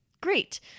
great